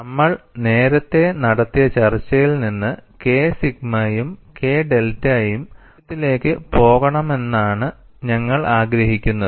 നമ്മൾ നേരത്തെ നടത്തിയ ചർച്ചയിൽ നിന്ന് K സിഗ്മയും K ഡെൽറ്റയും പൂജ്യത്തിലേക്ക് പോകണമെന്നാണ് ഞങ്ങൾ ആഗ്രഹിക്കുന്നത്